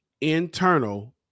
Internal